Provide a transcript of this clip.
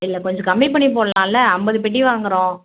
இல்லை கொஞ்சம் கம்மி பண்ணி போடலாம்ல ஐம்பது பெட்டி வாங்குகிறோம்